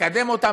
מקדם אותם,